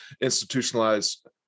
institutionalized